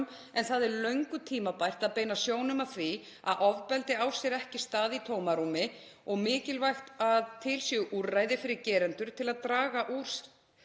Það er löngu tímabært að beina sjónum að því að ofbeldi á sér ekki stað í tómarúmi og mikilvægt að til séu úrræði fyrir gerendur til að draga úr